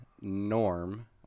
Norm